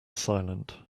silent